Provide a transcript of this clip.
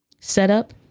setup